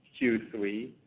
Q3